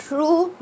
true